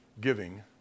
giving